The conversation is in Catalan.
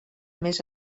més